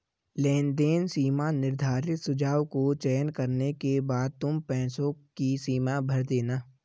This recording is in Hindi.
लेनदेन सीमा निर्धारित सुझाव को चयन करने के बाद तुम पैसों की सीमा भर देना